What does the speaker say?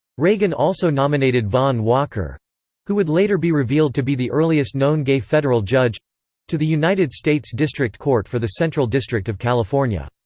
reagan also nominated vaughn walker who would later be revealed to be the earliest known gay federal judge to the united states district court for the central district of california.